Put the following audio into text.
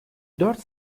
dört